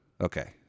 Okay